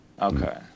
Okay